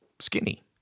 skinny